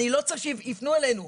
אני לא צריך שיפנו אלינו.